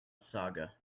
saga